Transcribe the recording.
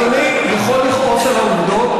אדוני יכול לכעוס על העובדות,